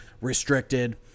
Restricted